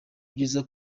byiza